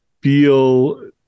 feel